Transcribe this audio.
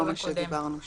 כל מה שדיברנו שם.